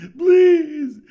please